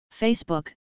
Facebook